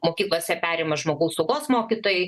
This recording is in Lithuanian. mokyklose perima žmogaus saugos mokytojai